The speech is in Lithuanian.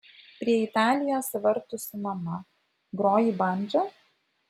prie italijos vartų su mama groji bandža